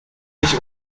mich